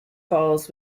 falls